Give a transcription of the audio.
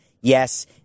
Yes